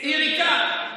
היא ריקה.